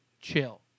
chill